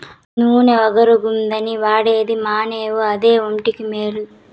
నూన ఒగరుగుందని వాడేది మానేవు అదే ఒంటికి మేలు